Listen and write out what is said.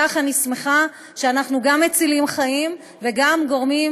כך אני שמחה שאנחנו גם מצילים חיים וגם גורמים